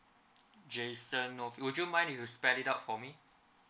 jason nofee would you mind if you spell it out for me